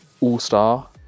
all-star